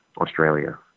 Australia